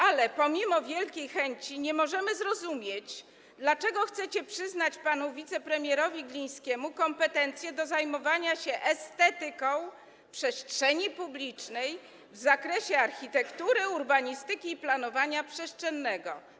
Ale pomimo wielkich chęci nie możemy zrozumieć, dlaczego chcecie przyznać panu wicepremierowi Glińskiemu kompetencje do zajmowania się estetyką przestrzeni publicznej w zakresie architektury, urbanistyki i planowania przestrzennego.